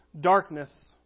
darkness